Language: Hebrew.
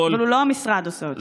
אבל לא המשרד עושה אותו.